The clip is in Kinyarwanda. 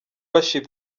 worship